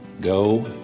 Go